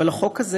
אבל החוק הזה,